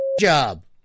job